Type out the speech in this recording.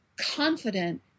confident